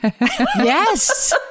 Yes